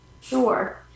Sure